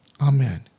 Amen